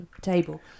table